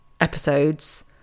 episodes